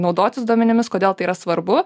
naudotis duomenimis kodėl tai yra svarbu